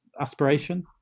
aspiration